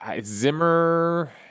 Zimmer